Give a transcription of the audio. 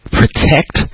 protect